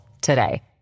today